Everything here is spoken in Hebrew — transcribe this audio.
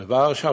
מוורשה,